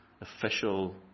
official